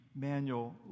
manual